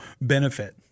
benefit